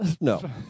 No